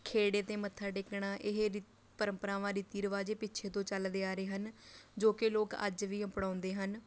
ਖੇੜੇ 'ਤੇ ਮੱਥਾ ਟੇਕਣਾ ਇਹ ਰੀਤ ਪਰੰਪਰਾਵਾਂ ਰੀਤੀ ਰਿਵਾਜ਼ ਇਹ ਪਿੱਛੇ ਤੋਂ ਚੱਲਦੇ ਆ ਰਹੇ ਹਨ ਜੋ ਕਿ ਲੋਕ ਅੱਜ ਵੀ ਅਪਣਾਉਂਦੇ ਹਨ